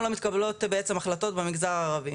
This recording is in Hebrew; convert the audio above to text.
לא מתקבלות בעצם החלטות במגזר הערבי.